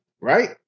right